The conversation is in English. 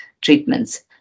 treatments